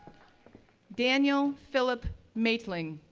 daniel philip mateling,